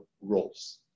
roles